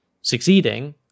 succeeding